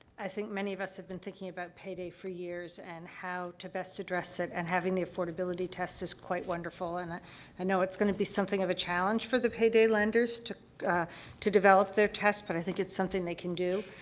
i think many of us have been thinking about payday for years and how to best address it, and having the affordability test is quite wonderful. and i i know it's going to be something of a challenge for the payday lenders to, ah to develop their test, but i think it's something they can do,